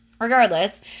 Regardless